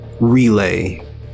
relay